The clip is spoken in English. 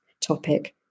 topic